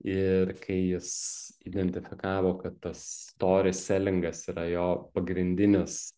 ir kai jis identifikavo kad tas stori selingas yra jo pagrindinis